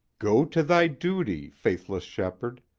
go to thy duty, faithless shepherd,